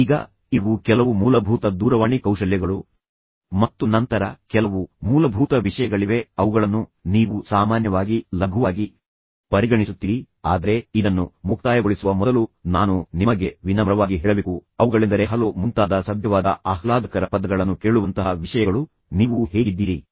ಈಗ ಇವು ಕೆಲವು ಮೂಲಭೂತ ದೂರವಾಣಿ ಕೌಶಲ್ಯಗಳು ಮತ್ತು ನಂತರ ಕೆಲವು ಮೂಲಭೂತ ವಿಷಯಗಳಿವೆ ಅವುಗಳನ್ನು ನೀವು ಸಾಮಾನ್ಯವಾಗಿ ಲಘುವಾಗಿ ಪರಿಗಣಿಸುತ್ತೀರಿ ಆದರೆ ಇದನ್ನು ಮುಕ್ತಾಯಗೊಳಿಸುವ ಮೊದಲು ನಾನು ನಿಮಗೆ ವಿನಮ್ರವಾಗಿ ಹೇಳಬೇಕು ಅವುಗಳೆಂದರೆ ಹಲೋ ಮುಂತಾದ ಸಭ್ಯವಾದ ಆಹ್ಲಾದಕರ ಪದಗಳನ್ನು ಕೇಳುವಂತಹ ವಿಷಯಗಳು ನೀವು ಹೇಗಿದ್ದೀರಿ